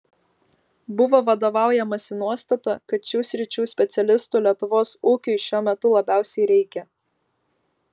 buvo vadovaujamasi nuostata kad šių sričių specialistų lietuvos ūkiui šiuo metu labiausiai reikia